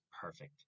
perfect